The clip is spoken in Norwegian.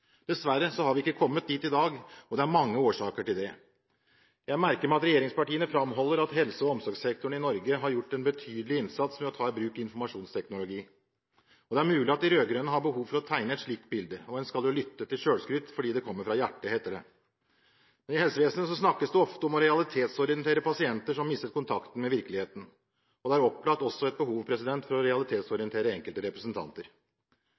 Dessverre har vi ikke kommet dit i dag, og det er mange årsaker til det. Jeg merker meg at regjeringspartiene framholder at helse- og omsorgssektoren i Norge har gjort en betydelig innsats med å ta i bruk informasjonsteknologi. Det er mulig at de rød-grønne har behov for å tegne et slikt bilde, og en skal jo lytte til selvskryt fordi det kommer fra hjertet, heter det. I helsevesenet snakkes det ofte om å realitetsorientere pasienter som har mistet kontakten med virkeligheten. Det er opplagt også behov for å realitetsorientere enkelte representanter.